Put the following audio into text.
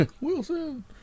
Wilson